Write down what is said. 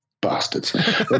Bastards